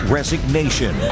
resignation